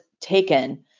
taken